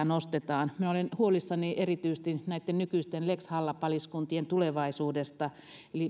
nostetaan minä olen huolissani erityisesti näitten nykyisten lex halla paliskuntien tulevaisuudesta